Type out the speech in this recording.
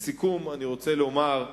לסיכום, אני רוצה לומר,